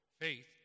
faith